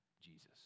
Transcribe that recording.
Jesus